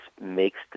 makes